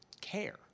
care